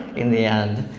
in the end.